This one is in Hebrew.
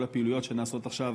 וכל הפעילויות שנעשות עכשיו